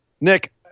Nick